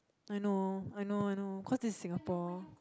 I know I know I know cause this is Singapore